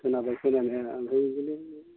खोनाबाय खोनानाया ओमफ्राय बिदिनो